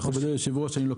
מכובדי היושב-ראש,